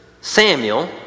Samuel